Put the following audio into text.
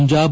Punjab